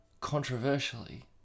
controversially